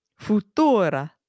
Futura